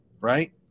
Right